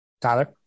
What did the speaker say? Tyler